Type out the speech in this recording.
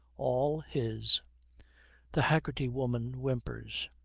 all his the haggerty woman whimpers.